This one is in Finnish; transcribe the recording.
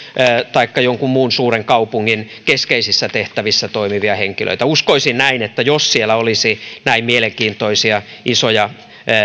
taikka jonkin muun suuren kaupungin keskeisissä tehtävissä toimivia henkilöitä uskoisin että jos siellä olisi näin mielenkiintoisia isoja